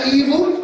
evil